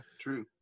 true